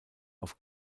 auf